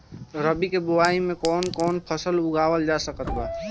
रबी के बोआई मे कौन कौन फसल उगावल जा सकत बा?